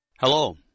Hello